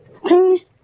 Please